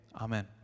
Amen